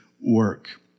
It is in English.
work